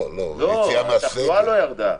לא, התחלואה לא ירדה.